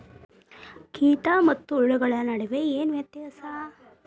ಕೇಟ ಮತ್ತು ಹುಳುಗಳ ನಡುವೆ ಏನ್ ವ್ಯತ್ಯಾಸ?